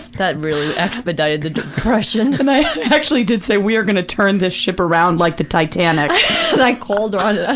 that really expedited the depression. and i actually did say, we're gonna turn this ship around like the titanic! and i called her on it, ah